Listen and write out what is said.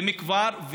ומה כבר,